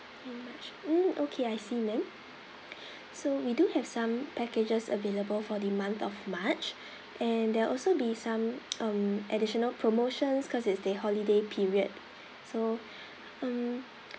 and march mm okay I see ma'am so we do have some packages available for the month of march and there are also be some um additional promotions cause it's the holiday period so um